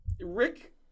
Rick